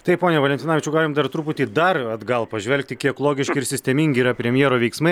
taip pone valentinavičiau galim dar truputį dar atgal pažvelgti kiek logiški ir sistemingi yra premjero veiksmai